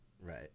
Right